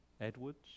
Edwards